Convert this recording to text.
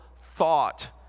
thought